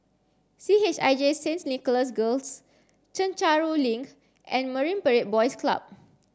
C H I J Saints Nicholas Girls Chencharu Link and Marine Parade Boys Club